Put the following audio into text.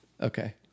okay